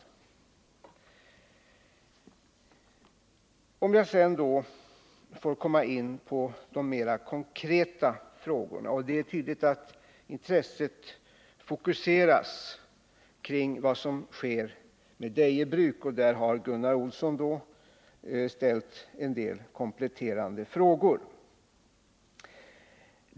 Låt mig så gå in på de mera konkreta frågorna. Det är tydligt att intresset fokuseras på vad som sker med Deje Bruk, och Gunnar Olsson har ställt en del kompletterande frågor på den punkten.